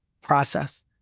process